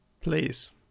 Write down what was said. Please